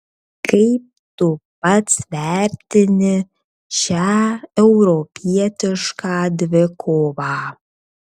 kaip tu pats vertini šią europietišką dvikovą